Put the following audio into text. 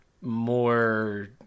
more